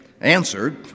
answered